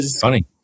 funny